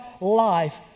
life